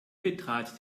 betrat